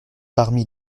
parmi